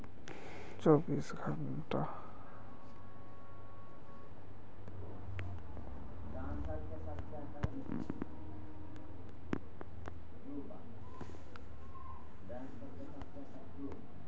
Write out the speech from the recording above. रहुआ बताएं थाने ट्रांसफर में कितना के समय लेगेला और कितना के चार्ज कोई चार्ज होई?